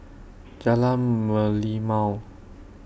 Jalan Merlimau